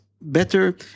Better